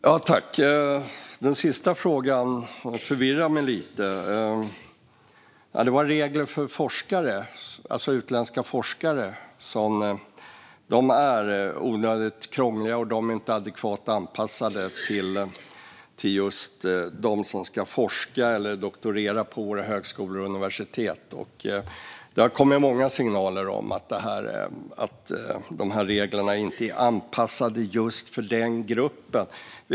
Fru talman! Den sista frågan förvirrade mig lite. Det var en regel för utländska forskare. De reglerna är onödigt krångliga och inte adekvat anpassade till dem som ska forska eller doktorera på högskolor och universitet. Det har kommit många signaler om att reglerna inte är anpassade för den gruppen.